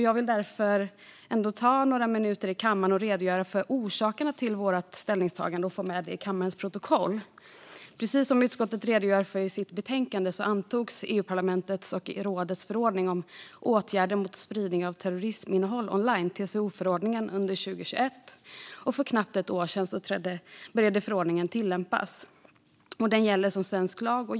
Jag vill därför ta några minuter i kammaren och redogöra för anledningarna till vårt ställningstagande för att få med det i kammarens protokoll. Precis som utskottet redogör för i sitt betänkande antogs Europaparlamentets och rådets förordning om åtgärder mot spridning av terrorisminnehåll online, TCO-förordningen, under 2021. För knappt ett år sedan började förordningen tillämpas. Den gäller som svensk lag.